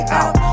out